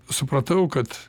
supratau kad